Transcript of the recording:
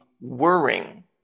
worrying